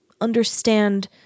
understand